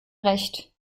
recht